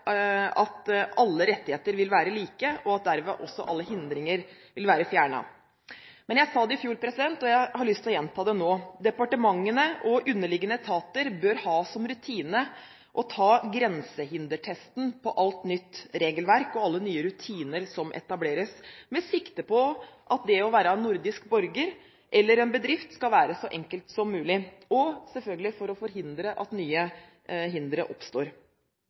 at alle rettigheter vil være like, og at derved alle hindringer vil være fjernet. Jeg sa det i fjor, og jeg har lyst til å gjenta det nå: Departementene og underliggende etater bør ha som rutine å ta «grensehindertesten» på alt nytt regelverk og på alle rutiner som etableres, med sikte på at det å være nordisk borger eller en bedrift skal være så enkelt som mulig, og selvfølgelig for å forhindre at nye hindre oppstår.